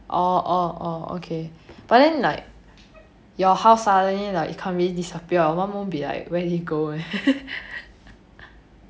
orh orh orh okay but then like your house suddenly like ikan bilis disappear your mum won't be like where did it go meh